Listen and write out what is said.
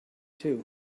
too